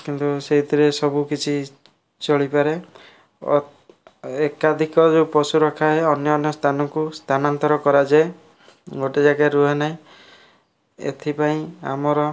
କିନ୍ତୁ ସେଇଥିରେ ସବୁ କିଛି ଚଳିପାରେ ଓ ଏକାଧିକ ଯେଉଁ ପଶୁ ରଖାହୁଏ ଅନ୍ୟ ଅନ୍ୟ ସ୍ଥାନକୁ ସ୍ଥାନାନ୍ତର କରାଯାଏ ଗୋଟେ ଜାଗାରେ ରୁହେ ନାହିଁ ଏଥିପାଇଁ ଆମର